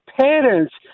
parents